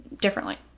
differently